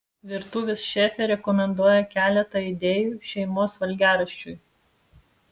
virtuvės šefė rekomenduoja keletą idėjų šeimos valgiaraščiui